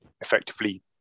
effectively